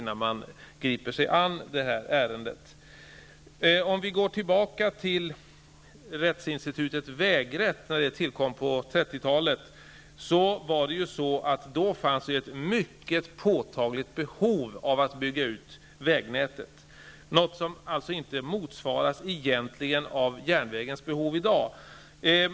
När rättsinstitutet vägrätt bildades på 30-talet, för att gå tillbaka något i tiden, fanns det ett mycket påtagligt behov av att bygga ut vägnätet, ett förhållande som inte motsvaras av järnvägens behov i dag.